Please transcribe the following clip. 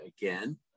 again